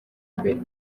mbere